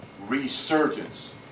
resurgence